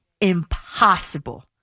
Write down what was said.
impossible